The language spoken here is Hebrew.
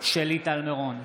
שלי טל מירון,